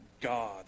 God